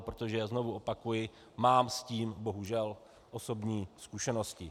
Protože, znovu opakuji, mám s tím bohužel osobní zkušenosti.